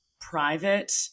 private